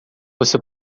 você